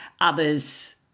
others